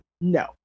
No